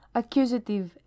accusative